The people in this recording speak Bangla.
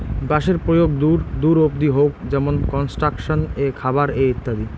বাঁশের প্রয়োগ দূর দূর অব্দি হউক যেমন কনস্ট্রাকশন এ, খাবার এ ইত্যাদি